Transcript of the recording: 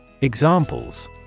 Examples